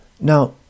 Now